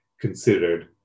considered